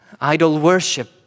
idol-worship